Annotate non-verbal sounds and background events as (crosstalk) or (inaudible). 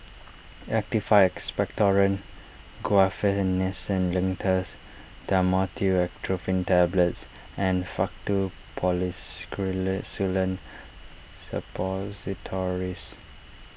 Actified Expectorant Guaiphenesin Linctus Dhamotil Atropine Tablets and Faktu (unintelligible) Suppositories